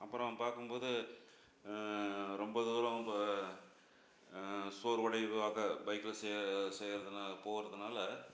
அப்புறம் பார்க்கும்போது ரொம்ப தூரம் இப்போ சோர்வடைவாக பைக்கில் செ செய்கிறதுனா போகிறதுனால